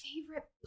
favorite